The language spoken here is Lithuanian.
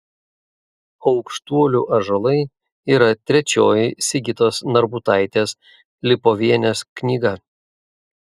aukštuolių ąžuolai yra trečioji sigitos narbutaitės lipovienės knyga